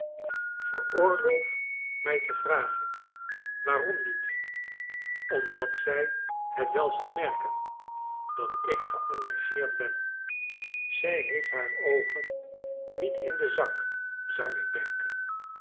veroorloof mij te vragen waarom niet omdat zij het wel zal merken dat ik geengageerd ben zij heeft haar oogen niet in den zak zou ik denken